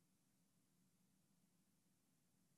את הפקקים, הסתבר